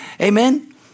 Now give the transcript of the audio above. Amen